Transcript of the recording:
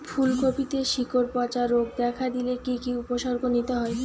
ফুলকপিতে শিকড় পচা রোগ দেখা দিলে কি কি উপসর্গ নিতে হয়?